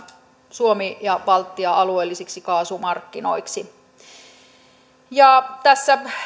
suomi ja baltia alueellisiksi kaasumarkkinoiksi tässä